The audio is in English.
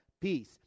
peace